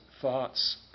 thoughts